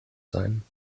sein